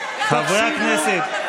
חברי הכנסת,